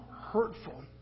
hurtful